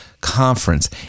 conference